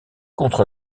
contre